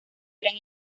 eran